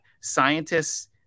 scientists